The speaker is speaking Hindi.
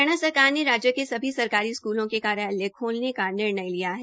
हरियाणा सरकार ने राज्य के सभी सरकारी स्कूलों के कार्यालय खोलने का निर्णय लिया है